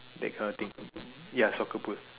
that kind of thing ya soccer pool